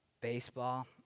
baseball